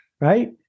right